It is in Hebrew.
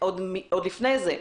עוד לפני זה,